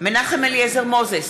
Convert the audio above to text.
מנחם אליעזר מוזס,